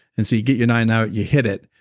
and so you get your nine out you hit it,